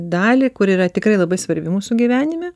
dalį kur yra tikrai labai svarbi mūsų gyvenime